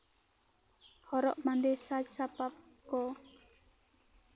ᱦᱚᱨᱚᱜ ᱵᱟᱸᱫᱮ ᱥᱟᱡᱽ ᱥᱟᱯᱟᱯ ᱠᱚ